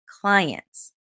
clients